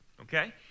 okay